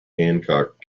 hancock